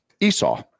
Esau